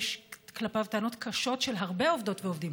יש כלפיו טענות קשות של הרבה עובדות ועובדים,